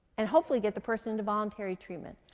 and hopefully get the person into voluntary treatment.